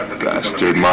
bastard